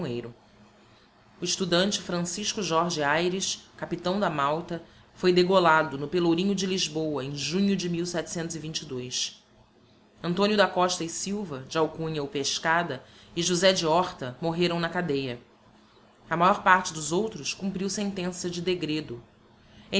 limoeiro o estudante francisco jorge ayres capitão da malta foi degolado no pelourinho de lisboa em junho de antonio da costa e silva de alcunha o pescada e josé de horta morreram na cadêa a maior parte dos outros cumpriu sentença de degredo